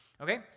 Okay